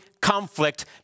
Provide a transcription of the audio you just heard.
conflict